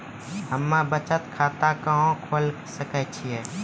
हम्मे बचत खाता कहां खोले सकै छियै?